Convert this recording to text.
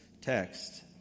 text